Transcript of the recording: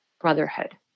brotherhood